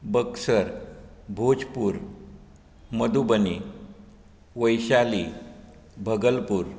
Buxar Bhojpur Madhubani Vaishali Bhagalpur